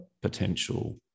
potential